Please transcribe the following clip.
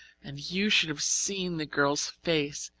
and you should have seen the girl's face!